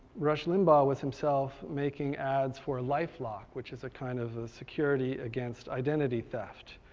rush limbaugh was himself making ads for lifelock, which is a kind of security against identity theft.